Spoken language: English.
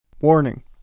Warning